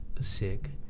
sick